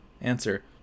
Answer